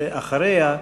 ואחריה,